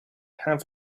have